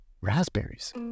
raspberries